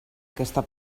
aquesta